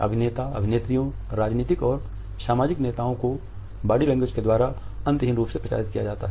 अभिनेता अभिनेत्रियों राजनीतिक और सामाजिक नेताओं को बॉडी लैंग्वेज के द्वारा अंतहीन रूप से प्रचारित किया जाता है